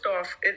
off